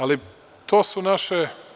Ali, to su naše…